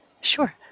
Sure